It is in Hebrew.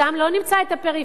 שם לא נמצא את הפריפריה.